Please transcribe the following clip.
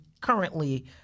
currently